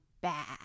bad